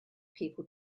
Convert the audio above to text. people